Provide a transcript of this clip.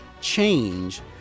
change